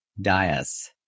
Dias